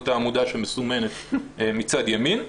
זו העמודה שמסומנת מצד ימין,